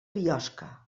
biosca